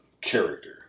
character